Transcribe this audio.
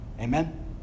Amen